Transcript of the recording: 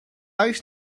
oes